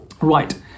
Right